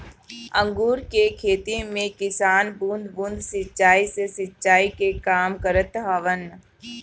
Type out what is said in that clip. अंगूर के खेती में किसान बूंद बूंद सिंचाई से सिंचाई के काम करत हवन